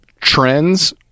trends